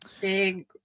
Big